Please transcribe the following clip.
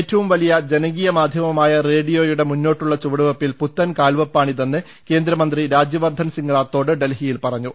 ഏറ്റവും വലിയ ജനകീയ മാധ്യമമായ റേഡിയോയുടെ മുന്നോട്ടുള്ള ചുവടുവെ പ്പിൽ പുത്തൻ കാൽവെപ്പാണിതെന്ന് കേന്ദ്രമന്ത്രി രാജ്യവർദ്ധൻ സിംഗ് റാത്തോഡ് ഡൽഹിയിൽ പറഞ്ഞു